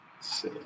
See